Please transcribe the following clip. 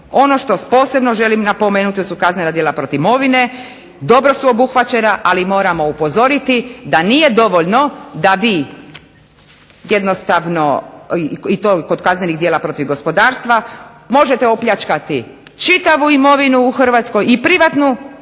Ono što posebno želim napomenuti to su kaznena djela protiv imovine. Dobro su obuhvaćena ali moramo upozoriti da vi jednostavno i to kod kaznenih djela protiv gospodarstva možete opljačkati čitavu imovinu u Hrvatskoj i privatnu i